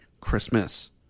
Christmas